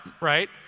right